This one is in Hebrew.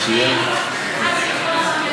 מתחיל פלנגות, אז זה לא טוב.